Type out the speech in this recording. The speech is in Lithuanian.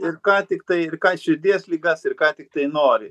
ir ką tiktai ir ką širdies ligas ir ką tiktai nori